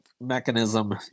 mechanism